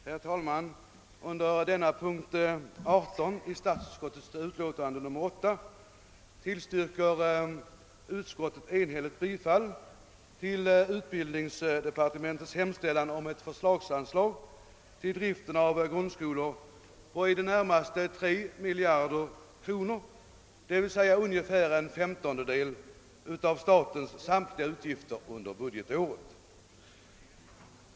Herr talman! Under punkt 18 i statsutskottets utlåtande nr 8 tillstyrker utskottet enhälligt bifall till utbildningsdepartementets hemställan om ett förslagsanslag till driften av grundskolor på i det närmaste 3 miljarder kronor, d.v.s. ungefär en femtondel av statens samtliga utgifter under budgetåret.